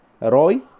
Roy